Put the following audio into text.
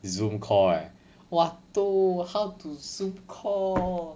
zoom call eh !wah! toh how to zoom call